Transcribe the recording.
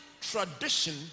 tradition